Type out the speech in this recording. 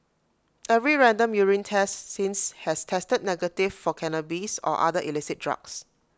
every random urine test since has tested negative for cannabis or other illicit drugs